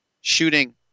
shooting